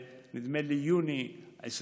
נדמה לי שעד יוני 2021,